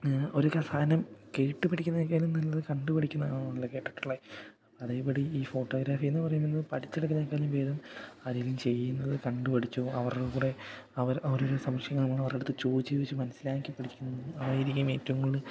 ഒരു സാധനം കേട്ട് പഠിക്കുന്നതിനെക്കാളും നല്ലത് കണ്ട് പഠിക്കണം എന്നാണല്ലോ കേട്ടിട്ടുള്ളത് അപ്പം അതേപടി ഈ ഫോട്ടോഗ്രാഫീ എന്ന് പറയുന്നത് പഠിച്ചെടുക്കാണെക്കാലും ഭേദം ആരെങ്കിലും ചെയ്യുന്നത് കണ്ട് പഠിച്ചു അവരുടെ കൂടെ അവരോരോ സംശയം അവരുടെ അടുത്ത് ചോദിച്ച് ചോദിച്ച് മനസ്സിലാക്കി പഠിക്കുന്നത് അതായിരിക്കും ഏറ്റവും കൂടുതൽ